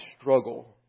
struggle